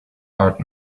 art